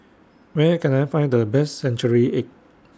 Where Can I Find The Best Century Egg